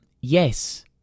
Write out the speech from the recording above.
yes